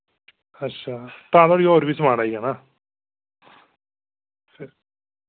अच्छा तां धोड़ी होर बी समान आई जाना